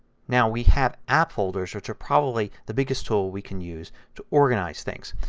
now we have app folders which are probably the biggest tool we can use to organize things.